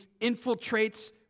infiltrates